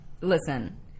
Listen